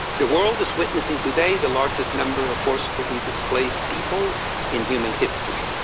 the world is witnessing today the largest number of forcefully displaced people in human history.